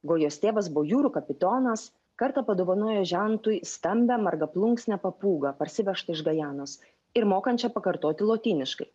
gojos tėvas buvo jūrų kapitonas kartą padovanojęs žentui stambią margaplunksnę papūgą parsivežtą iš gajanos ir mokančią pakartoti lotyniškai